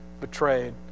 betrayed